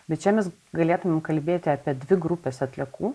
bet čia mes galėtumėm kalbėti apie dvi grupes atliekų